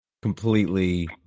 completely